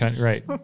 right